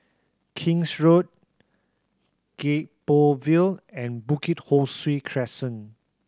King's Road Gek Poh Ville and Bukit Ho Swee Crescent